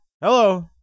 Hello